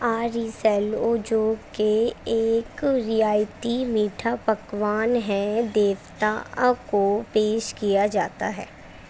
R E سیلو جو کہ ایک ریایتی میٹھا پکوان ہے دیوتا کو پیش کیا جاتا ہے